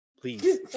please